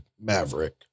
Maverick